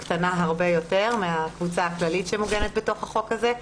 זו קבוצה קטנה הרבה יותר מהקבוצה הכללית שמוגנת בתוך החוק הזה,